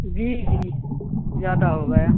جی جی زیادہ ہو گیا